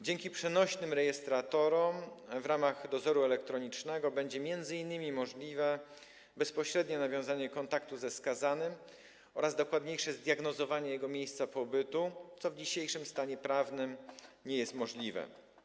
Dzięki przenośnym rejestratorom w ramach dozoru elektronicznego będzie m.in. możliwe bezpośrednie nawiązanie kontaktu ze skazanym oraz dokładniejsze zdiagnozowanie jego miejsca pobytu, co w dzisiejszym stanie prawnym nie jest możliwe.